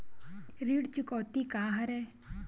ऋण चुकौती का हरय?